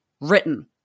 written